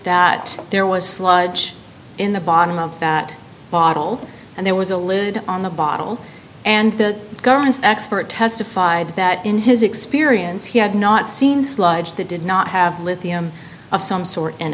that there was sludge in the bottom of that bottle and there was a lid on the bottle and the government's expert testified that in his experience he had not seen sludge that did not have lithium of some sort in